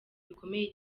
bikomeye